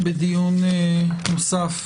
אנחנו בדיון נוסף